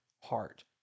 heart